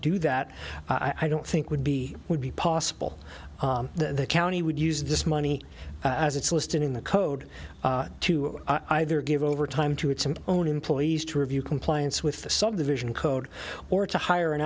do that i don't think would be would be possible the county would use this money as it's listed in the code to either give overtime to its own employees to review compliance with the subdivision code or to hire an